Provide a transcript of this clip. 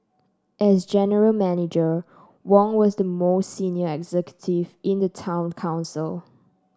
as general Manager Wong was the most senior executive in the town council